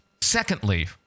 Secondly